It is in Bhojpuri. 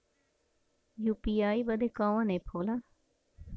यू.पी.आई बदे कवन ऐप होला?